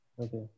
Okay